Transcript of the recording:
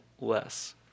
less